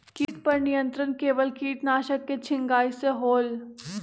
किट पर नियंत्रण केवल किटनाशक के छिंगहाई से होल?